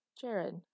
Jared